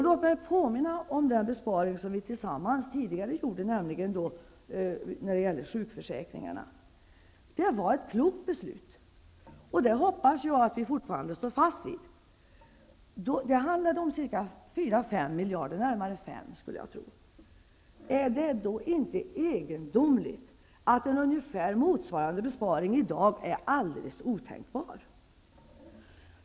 Låt mig påminna om den besparing vi gjorde tillsammans tidigare, nämligen i sjukförsäkringarna. Det var ett klokt beslut, och jag hoppas att vi fortfarande står fast vid det. Det handlade då om närmare 5 miljarder kronor. Är det då inte egendomligt att ungefär motsvarande besparing i dag är alldeles otänkbar?